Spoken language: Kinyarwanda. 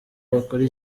bakore